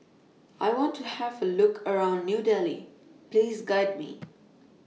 I want to Have A Look around New Delhi Please Guide Me